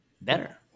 Better